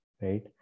right